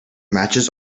matches